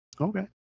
Okay